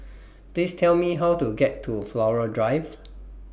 Please Tell Me How to get to Flora Drive